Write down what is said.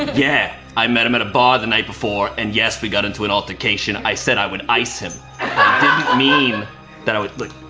yeah, i met him at a bar the night before, and yes, we got into an altercation. i said i would ice him. i didn't mean that i would, look,